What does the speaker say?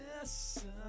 Listen